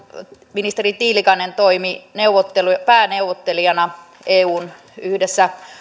ministeri tiilikainen toimi pääneuvottelijana eun yhdessä